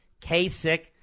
Kasich